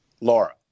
Laura